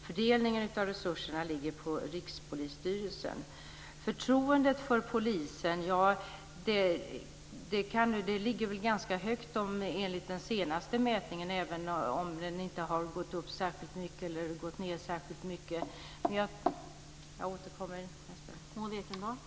Fördelningen av resurserna ligger på Rikspolisstyrelsen. Förtroendet för polisen ligger väl ganska högt enligt den senaste mätningen även om den inte har gått upp eller ned särskilt mycket. Jag återkommer i nästa replik.